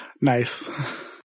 Nice